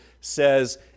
says